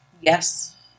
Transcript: Yes